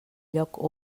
lloc